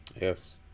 Yes